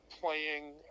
playing